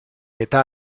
età